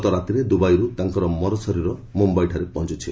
ଗତରାତିରେ ଦୁବାଇରୁ ତାଙ୍କ ମରଶରୀର ମୁମ୍ବାଇରେ ପହଞ୍ଚୁଛି